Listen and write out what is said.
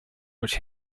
which